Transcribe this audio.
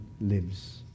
lives